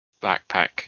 backpack